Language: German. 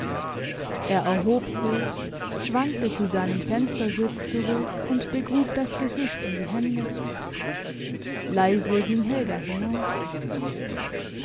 er erhob sich schwankte zu seinem fenstersitz zurück und begrub das gesicht in die hände leise ging helga hinaus